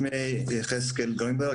שמי יחזקאל גרינברג.